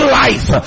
life